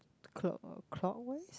clock clockwise